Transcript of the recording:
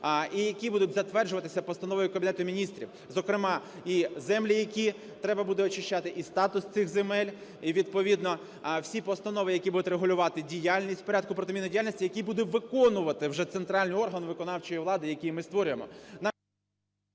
і які будуть затверджуватися постановою Кабінет Міністрів, зокрема і землі, які треба буде очищати, і статус цих земель і відповідно всі постанови, які будуть регулювати діяльність, порядку протимінної діяльності, який буде виконувати вже центральний орган виконавчої влади, який ми створюємо.